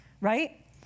right